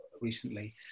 recently